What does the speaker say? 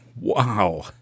wow